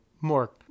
more